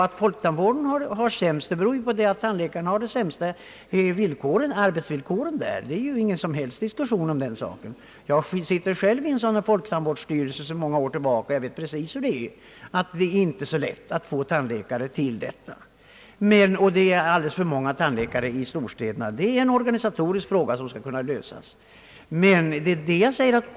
Att folktandvården har det sämst ställt beror på att tandläkarna där har de sämsta arbetsvillkoren. Det är ingen som helst diskussion om den saken. Jag sitter själv i en folktandvårdsstyrelse sedan många år tillbaka, och jag vet precis hur förhållandena är. Det är inte så lätt att få tandläkare dit. Att det skulle finnas för många tandläkare i storstäderna, kan diskuteras.